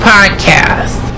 Podcast